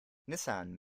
nissan